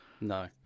No